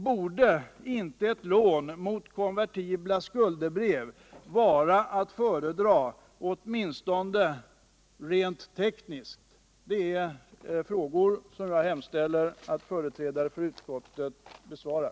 Borde inte ett lån mot konvertibla skuldebrev vara att föredra, åtminstone rent tekniskt? Det är frågor som jag hemställer att företrädare för utskottet besvarar.